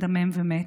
מדמם ומת,